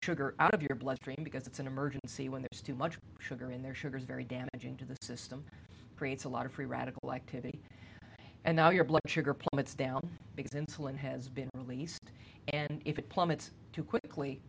sugar out of your bloodstream because it's an emergency when there's too much sugar in there sugar is very damaging to the system creates a lot of free radical activity and now your blood sugar plummets down because insulin has been released and if it plummets too quickly